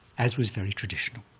as was very traditional,